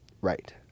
Right